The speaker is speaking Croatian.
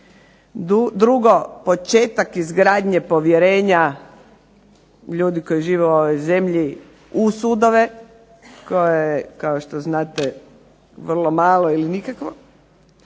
drugo početak izgradnje povjerenja ljudi koji žive u ovoj zemlji u sudove koje je kao što znate vrlo malo ili nikakvo